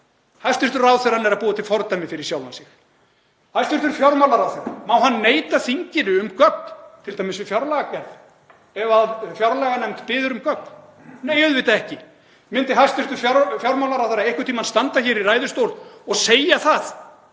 Hæstv. ráðherra er að búa til fordæmi fyrir sjálfan sig. Hæstv. fjármálaráðherra, má hann neita þinginu um gögn, t.d. við fjárlagagerð, ef fjárlaganefnd biður um gögn? Nei, auðvitað ekki. Myndi hæstv. fjármálaráðherra einhvern tímann standa hér í ræðustól og segja: